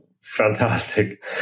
fantastic